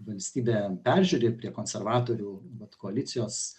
valstybė peržiūri prie konservatorių vat koalicijos